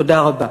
תודה רבה.